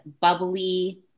bubbly